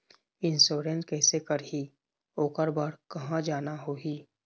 Insurance कैसे करही, ओकर बर कहा जाना होही?